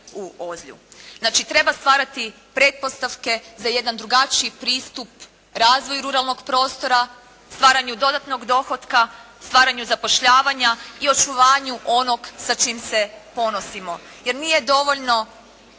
u Ozlju. Znači treba stvarati pretpostavke za jedan drugačiji pristup razvoju ruralnog prostora, stvaranju dodatnog dohotka, stvaranju zapošljavanja i očuvanju onog sa čim se ponosimo, jer nije dovoljno